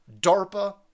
DARPA